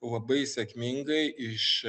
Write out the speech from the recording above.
labai sėkmingai iš